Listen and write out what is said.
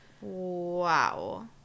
wow